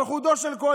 על חודו של קול.